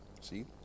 see